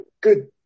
good